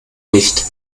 licht